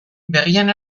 begien